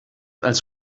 als